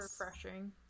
refreshing